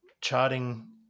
charting